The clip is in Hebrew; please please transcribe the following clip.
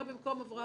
מי